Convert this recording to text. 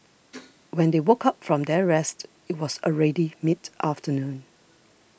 when they woke up from their rest it was already mid afternoon